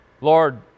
Lord